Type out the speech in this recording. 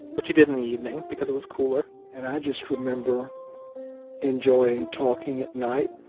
which he did in the evening because it was cooler and i just remember enjoying talking at night,